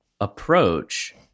approach